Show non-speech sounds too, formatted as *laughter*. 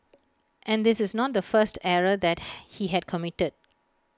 and this is not the first error that *noise* he had committed